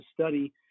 study